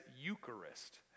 Eucharist